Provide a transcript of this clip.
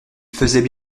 faisaient